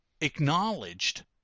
acknowledged